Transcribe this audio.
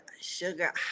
sugar